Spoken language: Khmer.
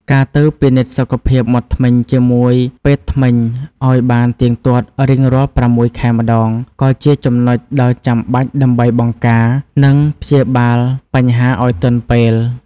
ការទៅពិនិត្យសុខភាពមាត់ធ្មេញជាមួយពេទ្យធ្មេញឱ្យបានទៀងទាត់រៀងរាល់៦ខែម្តង ក៏ជាចំណុចដ៏ចាំបាច់ដើម្បីបង្ការ និងព្យាបាលបញ្ហាឱ្យទាន់ពេល។